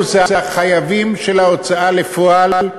אנחנו זה החייבים של ההוצאה לפועל,